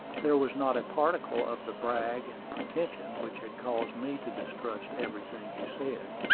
there was not a particle of the brag and pretension which had caused me to distrust everything he said.